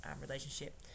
relationship